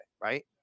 right